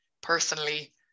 personally